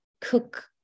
cook